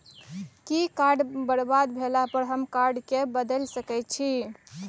कि कार्ड बरबाद भेला पर हम कार्ड केँ बदलाए सकै छी?